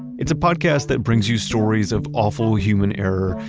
it's a podcast that brings you stories of awful human error,